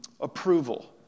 Approval